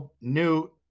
Newt